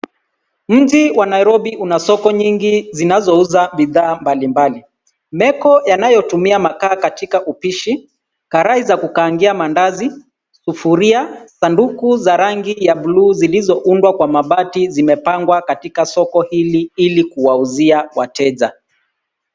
Mji wa Nairobi una soko nyingi zinazouza bidhaa mbalimbali. Meko yanayotumia makaa katika upishi, karai za kukaangia maandazi, sufuria. Sanduku za rangi ya bluu zilizoundwa kwa mabati zimepangwa katika soko hili ili kuuzia wateja.